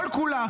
כל-כולה,